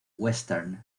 western